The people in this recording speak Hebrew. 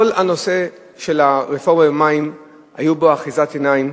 כל נושא הרפורמה במים היתה בו אחיזת עיניים.